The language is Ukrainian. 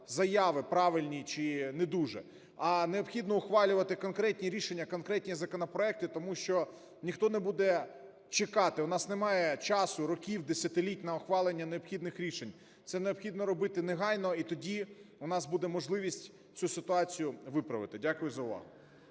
заяви правильні чи не дуже, а необхідно ухвалювати конкретні рішення, конкретні законопроекти. Тому що ніхто не буде чекати. У нас немає часу, років, десятиліть на ухвалення необхідних рішень. Це необхідно робити негайно. І тоді у нас буде можливість цю ситуацію виправити. Дякую за увагу.